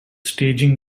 staging